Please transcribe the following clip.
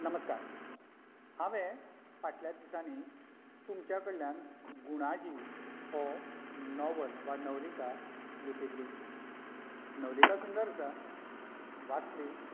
नमस्कार हांवें फाटल्या दिसांनी तुमच्या कडल्यान गुणाजी हो नोवल वा नवलिका घेतिल्ली नवलिका सुंदर आसा वाचली